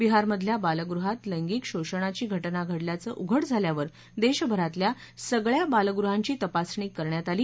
बिहारमधल्या बालगृहात लैंगिक शोषणाची घटना घडल्याचं उघड झाल्यावर देशभरातल्या सगळ्या बालगृहांची तपासणी करण्यात आली